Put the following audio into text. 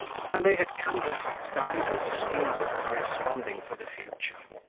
and they had canvassed divers schemes of corresponding for the future,